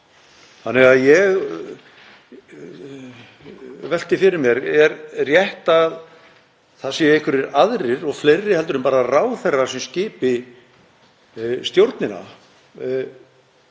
Þannig að ég velti fyrir mér: Er rétt að það séu einhverjir aðrir og fleiri en bara ráðherra sem skipi stjórnina